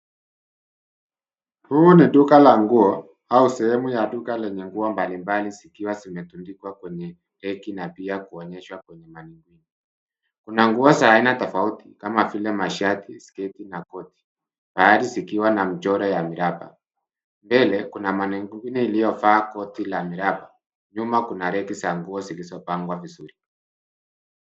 Huu ni duka la nguo au sehemu ya duka lenye nguo mbalimbali zikiwa zimetundikwa kwenye reki na pia kuonyeshwa kwenye manikini. Kuna nguo za aina tofauti kama vile mashati, sketi na koti, baadhi zikiwa na mchoro ya miraba. Mbele, kuna manikini iliyovaa koti la miraba, nyuma kuna reki za nvuo zilizopangwa vizuri.